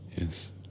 Yes